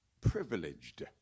Privileged